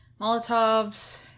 Molotovs